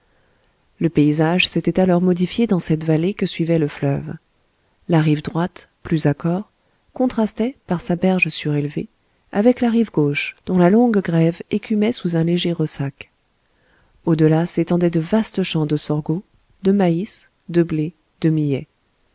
le paysage s'était alors modifié dans cette vallée que suivait le fleuve la rive droite plus accore contrastait par sa berge surélevée avec la rive gauche dont la longue grève écumait sous un léger ressac au-delà s'étendaient de vastes champs de sorgho de maïs de blé de millet